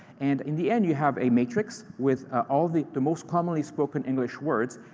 and in the end, you have a matrix with all the the most commonly spoken english words,